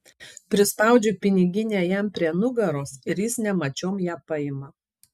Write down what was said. prispaudžiu piniginę jam prie nugaros ir jis nemačiom ją paima